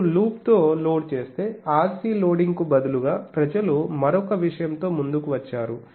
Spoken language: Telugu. మీరు లూప్తో లోడ్ చేస్తే RC లోడింగ్కు బదులుగా ప్రజలు మరొక విషయంతో ముందుకు వచ్చారు